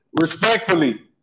Respectfully